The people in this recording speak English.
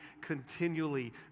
continually